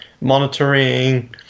monitoring